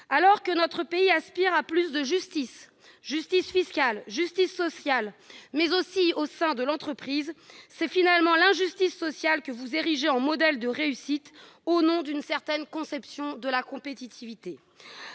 Alors que notre pays aspire à plus de justice, justice fiscale, justice sociale, mais aussi justice au sein de l'entreprise, c'est finalement l'injustice sociale que vous érigez en modèle de réussite au nom d'une certaine conception de la compétitivité